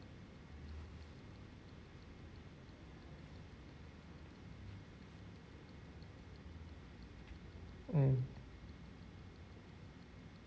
mm